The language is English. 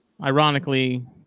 ironically